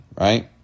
right